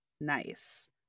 Nice